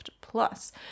Plus